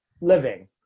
living